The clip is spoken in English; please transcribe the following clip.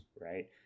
Right